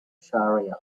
shariah